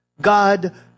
God